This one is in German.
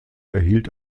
erhielt